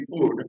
food